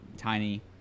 tiny